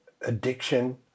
addiction